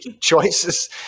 choices